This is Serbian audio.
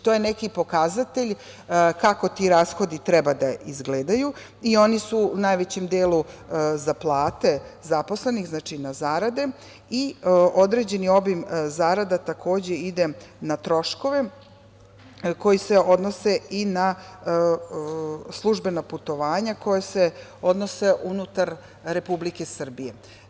To je neki pokazatelj kako ti rashodi treba da izgledaju i oni su u najvećem delu za plate zaposlenih, znači na zarade, i određeni obim zarada takođe ide na troškove koji se odnose i na službena putovanja koja se odnose unutar Republike Srbije.